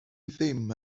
ddim